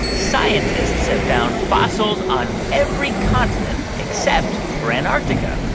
scientists have found fossils on every continent except for antarctica?